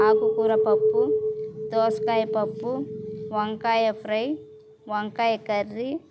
ఆకుకూర పప్పు దోసకాయ పప్పు వంకాయ ఫ్రై వంకాయ కర్రీ